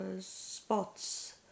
spots